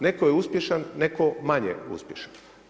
Netko je uspješan, netko manje uspješan.